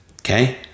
okay